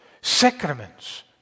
sacraments